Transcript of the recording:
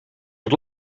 het